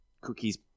Cookie's